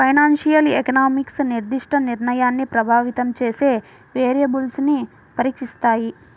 financial economics నిర్దిష్ట నిర్ణయాన్ని ప్రభావితం చేసే వేరియబుల్స్ను పరీక్షిస్తాయి